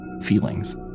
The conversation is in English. feelings